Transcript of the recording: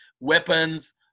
weapons